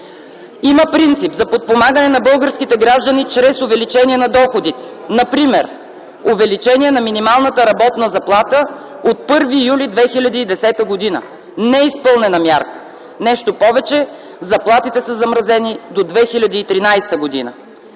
Има принцип за подпомагане на българските граждани чрез увеличение на доходите, например увеличение на минималната работна заплата от 1 юли 2010 г. Неизпълнена мярка. Нещо повече, заплатите са замразени до 2013 г.